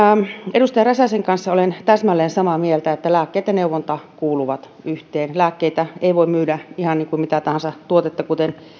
edustaja räsäsen kanssa olen täsmälleen samaa mieltä että lääkkeet ja neuvonta kuuluvat yhteen lääkkeitä ei voi myydä niin kuin mitä tahansa tuotetta kuten